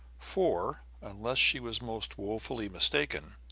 for, unless she was most woefully mistaken,